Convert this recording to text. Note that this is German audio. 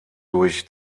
durch